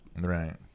right